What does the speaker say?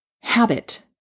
habit